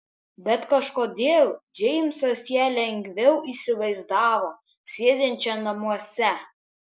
bet kažkodėl džeimsas ją lengviau įsivaizdavo sėdinčią namuose